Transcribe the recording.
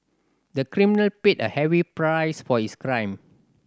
the criminal paid a heavy price for his crime